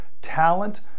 talent